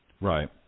right